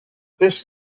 this